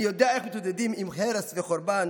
אני יודע איך מתמודדים עם הרס וחורבן,